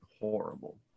horrible